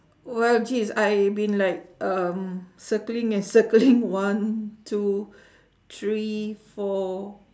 well geez I been like um circling and circling one two three four